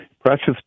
Precious